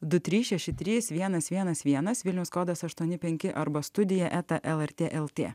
du trys šeši trys vienas vienas vienas vilniaus kodas aštuoni penki arba studija eta lrt lt